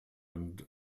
and